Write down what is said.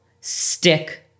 stick